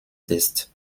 texte